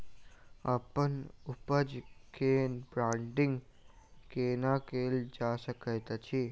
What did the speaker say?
अप्पन उपज केँ ब्रांडिंग केना कैल जा सकैत अछि?